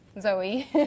Zoe